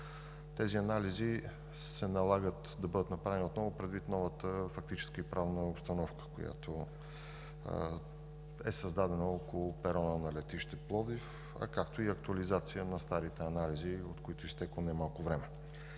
Тези анализи се налага да бъдат направени отново предвид новата фактическа и правна обстановка, създадена около перона на летище Пловдив, а както и актуализация на старите анализи, от които е изтекло немалко време.